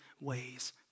ways